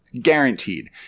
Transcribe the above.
Guaranteed